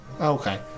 Okay